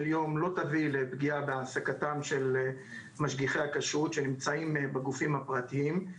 יום לא תביא לפגיעה בהעסקתם של משגיחי הכשרות שנמצאים בגופים הפרטיים.